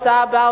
ההצעה הבאה,